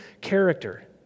character